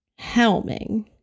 helming